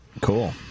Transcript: Cool